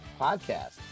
Podcast